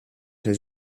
his